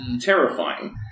terrifying